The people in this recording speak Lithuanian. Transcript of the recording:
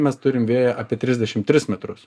mes turim vėją apie trisdešim tris metrus